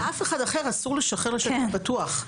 לאף אחד אחר אסור לשחרר בשטח פתוח.